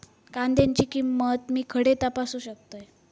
कांद्याची किंमत मी खडे तपासू शकतय?